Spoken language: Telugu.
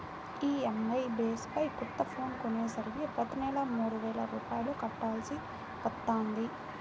ఈఎంఐ బేస్ పై కొత్త ఫోన్ కొనేసరికి ప్రతి నెలా మూడు వేల రూపాయలు కట్టాల్సి వత్తంది